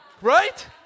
Right